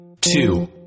two